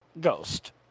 Ghost